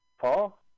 Paul